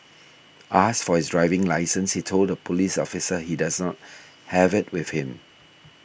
asked for his driving licence he told the police officer he dose not have it with him